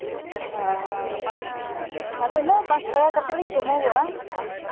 ᱦᱮᱸ ᱟᱫᱚ ᱤᱱᱟᱹ ᱯᱟᱸᱪ ᱴᱟᱠᱟ ᱠᱟᱛᱮᱫ ᱞᱤᱧ ᱠᱚᱢᱚᱜᱚᱜᱼᱟ